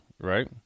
Right